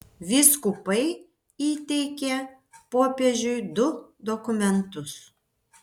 vyskupai įteikė popiežiui du dokumentus